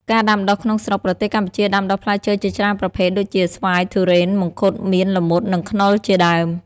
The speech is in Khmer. ការដាំដុះក្នុងស្រុក ប្រទេសកម្ពុជាដាំដុះផ្លែឈើជាច្រើនប្រភេទដូចជា ស្វាយ ធូរ៉េន មង្ឃុត មៀន ល្មុត និង ខ្នុរ ជាដើម។